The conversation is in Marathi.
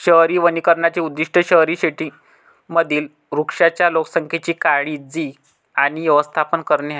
शहरी वनीकरणाचे उद्दीष्ट शहरी सेटिंग्जमधील वृक्षांच्या लोकसंख्येची काळजी आणि व्यवस्थापन करणे आहे